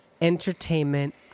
entertainment